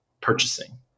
purchasing